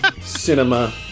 cinema